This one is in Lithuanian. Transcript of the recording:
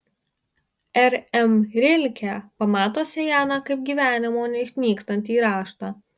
r m rilke pamato sieną kaip gyvenimo neišnykstantį raštą